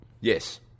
Yes